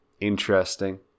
interesting